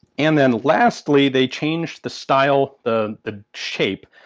and then lastly they changed the style, the the shape,